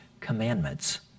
commandments